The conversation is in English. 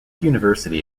university